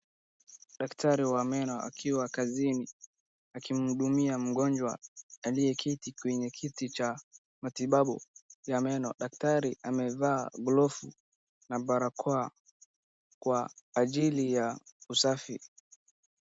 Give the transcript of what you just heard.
Daktari wa meno akiwa kazini akimhudumia mgonjwa aliyeketi kwenye kiti cha matibabu ya meno. Daktari amevaa glovu na barakoa kwa ajili ya usafi.